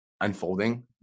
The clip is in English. unfolding